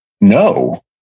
no